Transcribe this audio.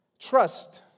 Trust